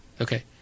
Okay